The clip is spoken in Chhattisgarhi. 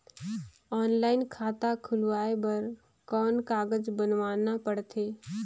ऑनलाइन खाता खुलवाय बर कौन कागज बनवाना पड़थे?